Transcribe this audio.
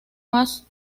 más